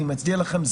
אני מצדיע לכם.